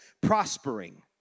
prospering